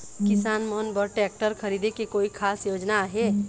किसान मन बर ट्रैक्टर खरीदे के कोई खास योजना आहे?